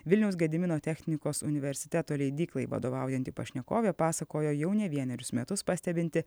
vilniaus gedimino technikos universiteto leidyklai vadovaujanti pašnekovė pasakojo jau ne vienerius metus pastebinti